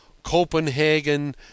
Copenhagen